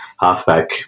halfback